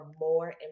more